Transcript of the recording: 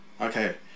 Okay